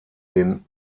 den